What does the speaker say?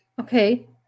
Okay